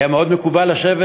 היה מאוד מקובל לשבת,